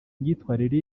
myitwarire